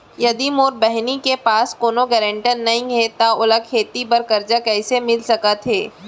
यदि मोर बहिनी के पास कोनो गरेंटेटर नई हे त ओला खेती बर कर्जा कईसे मिल सकत हे?